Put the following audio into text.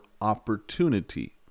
opportunity